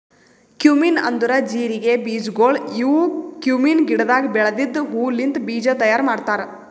cumin ಅಂದುರ್ ಜೀರಿಗೆ ಬೀಜಗೊಳ್ ಇವು ಕ್ಯುಮೀನ್ ಗಿಡದಾಗ್ ಬೆಳೆದಿದ್ದ ಹೂ ಲಿಂತ್ ಬೀಜ ತೈಯಾರ್ ಮಾಡ್ತಾರ್